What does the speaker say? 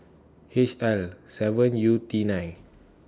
H L seven U T nine